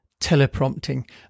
teleprompting